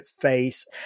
face